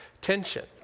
tension